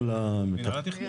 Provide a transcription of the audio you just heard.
התכנון?